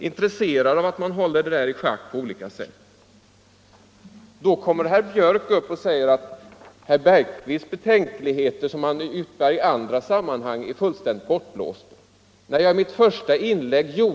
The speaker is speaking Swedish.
Efter det att jag i mitt första inlägg hade gjort denna mycket klara deklaration kom alltså herr Björck upp och sade att herr Bergqvists betänkligheter, som han yppar i andra sammanhang, är fullständigt bortblåsta.